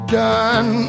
done